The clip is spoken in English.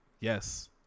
Yes